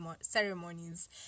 ceremonies